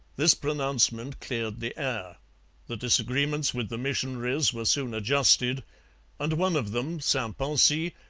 this pronouncement cleared the air the disagreements with the missionaries were soon adjusted and one of them, st poncy,